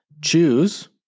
choose